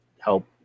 help